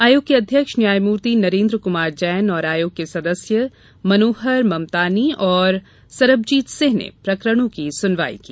आयोग के अध्यक्ष न्यायमूर्ति नरेन्द्र कुमार जैन और आयोग के सदस्य द्वय मनोहर ममतानी और सरबजीत सिंह ने प्रकरणों की सुनवाई की